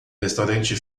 restaurante